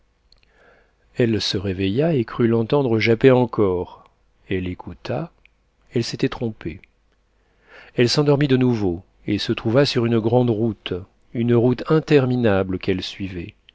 elle se réveilla et crut l'entendre japper encore elle écouta elle s'était trompée elle s'endormit de nouveau et se trouva sur une grande route une route interminable qu'elle suivait